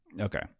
Okay